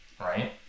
Right